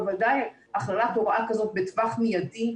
ובוודאי הכרעת הוראה כזאת בטווח מיידי,